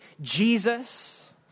Jesus